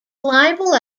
libel